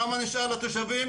כמה נשאר לתושבים?